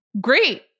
Great